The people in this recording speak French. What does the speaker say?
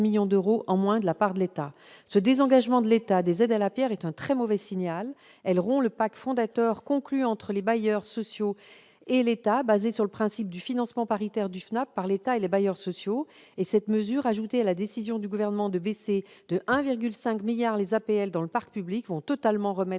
millions d'euros de moins. Le désengagement de l'État des aides à la pierre est un très mauvais signal : il rompt le pacte fondateur conclu entre l'État et les bailleurs sociaux, fondé sur le principe du financement paritaire du FNAP par l'État et les bailleurs sociaux. Cette mesure, ajoutée à la décision du Gouvernement de baisser de 1,5 milliard d'euros les APL dans le parc public, va totalement remettre